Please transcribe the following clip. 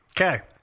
okay